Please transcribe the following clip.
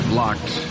locked